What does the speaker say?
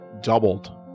doubled